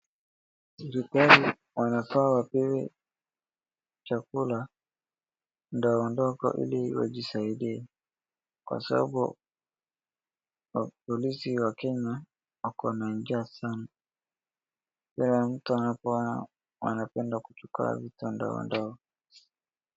Serikali wanafaa wapewe chakula ndogondogo ili wajisaidie kwa sababu mapolisi wa Kenya wako na njaa sana, kila mtu anapoona wanapenda kuchukua vitu ndogondogo.